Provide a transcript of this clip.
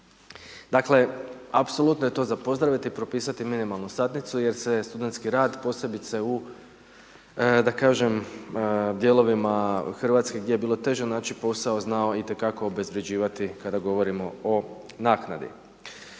Dakle, apsolutno je to za pozdraviti, propisati minimalnu satnicu jer se studentski rad posebice, da kažem dijelovima Hrvatske gdje je bilo teže naći posao, znao itekako obezvređivati kada govorimo o naknadi.